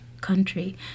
country